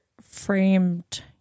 framed